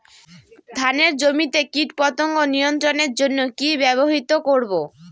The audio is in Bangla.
ধানের জমিতে কীটপতঙ্গ নিয়ন্ত্রণের জন্য কি ব্যবহৃত করব?